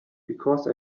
because